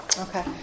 Okay